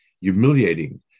humiliating